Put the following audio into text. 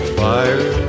fire